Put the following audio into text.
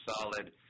solid